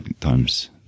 times